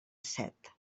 set